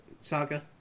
saga